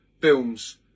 films